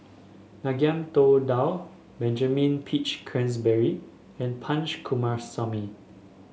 Ngiam Tong Dow Benjamin Peach Keasberry and Punch Coomaraswamy